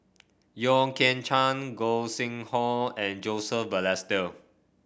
Yeo Kian Chai Gog Sing Hooi and Joseph Balestier